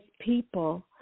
people